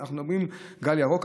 אנחנו מדברים על גל ירוק,